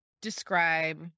describe